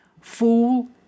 Fool